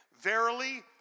Verily